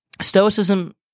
stoicism